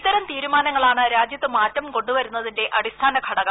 ഇത്തരം തീരുമാനങ്ങളാണ് രാജ്യത്ത് മാറ്റം കൊണ്ടുവരുന്നതിന്റെ അടിസ്ഥാന ഘടകം